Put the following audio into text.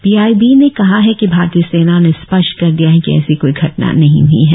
PIB ने यह भी कहा कि भारतीय सेना ने स्पष्ट कर दिया है कि ऐसी कोई घटना नहीं हई है